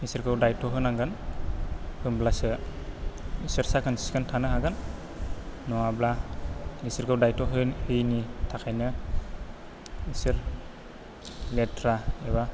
बिसोरखौ दायथ' होनांगोन होमब्लासो बिसोर साखोन सिखोन थानो हागोन नङाब्ला बिसोरखौ दायथ' होयैनि थाखायनो बिसोर लेथ्रा एबा